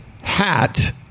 hat